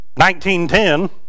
1910